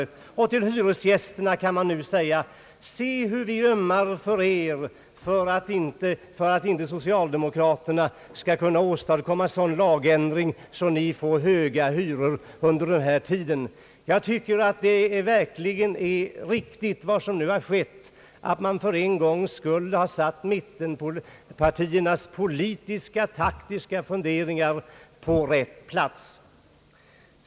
Å andra sidan kan man till hyresgästerna säga: Se hur vi ömmar för er för att inte socialdemokraterna skall kunna åstadkomma en sådan lagändring att ni får höga hyror under denna tid. Jag anser att vad som nu har skett är riktigt, nämligen att man för en gångs skull har satt mittenpartiernas politiska, taktiska funderingar på rätt plats.